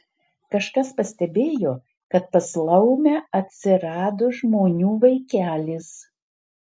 kažkas pastebėjo kad pas laumę atsirado žmonių vaikelis